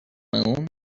moon